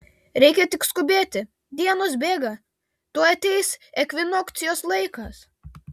reikia tik skubėti dienos bėga tuoj ateis ekvinokcijos laikas